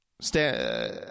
stand